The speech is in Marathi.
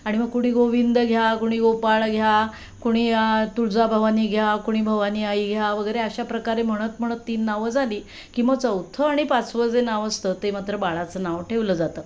आणि मग कुणी गोविंद घ्या कोणी गोपाळ घ्या कोणी तुळजाभवानी घ्या कोणी भवानी आई घ्या वगैरे अशा प्रकारे म्हणत म्हणत तीन नावं जाली की मग चौथं आणि पाचवं जे नाव असतं ते मात्र बाळाचं नाव ठेवलं जातं